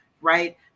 right